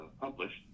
published